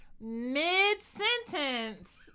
Mid-sentence